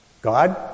God